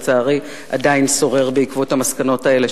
שעדיין שורר בעקבות המסקנות האלה,